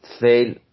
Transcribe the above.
fail